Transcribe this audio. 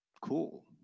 Cool